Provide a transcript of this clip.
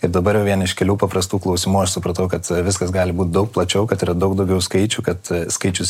ir dabar vien iš kelių paprastų klausimų aš supratau kad viskas gali būt daug plačiau kad yra daug daugiau skaičių kad skaičius